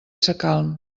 sacalm